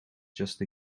just